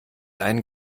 einen